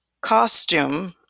costume